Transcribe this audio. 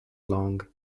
long